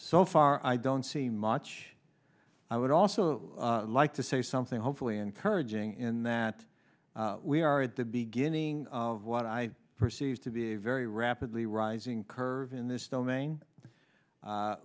so far i don't see much i would also like to say something hopefully encouraging in that we are at the beginning of what i perceive to be a very rapidly rising curve in this domain